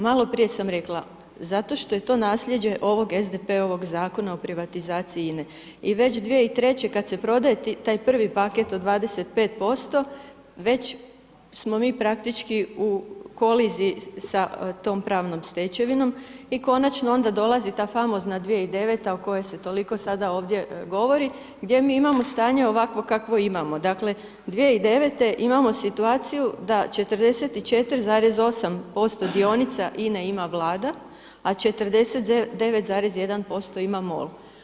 Malo prije sam rekla, zato što je to nasljeđe ovog SDP-ovog zakona o privatizaciji INE i već 2003. kad se prodaje taj prvi paket od 25% već smo mi praktički u koliziji sa tom pravnom stečevinom i konačno onda dolazi ta famozna 2009. o kojoj se toliko sada ovdje govori, gdje mi imamo stanje ovakvo kakvo imamo, dakle 2009. imamo situaciju da 44,8% dionica INE ima vlada, a 49,1% ima MOL.